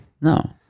No